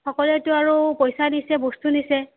সকলোৱেটো আৰু পইচা দিছে বস্তু নিছে